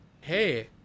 hey